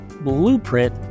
Blueprint